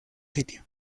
sitio